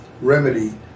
remedy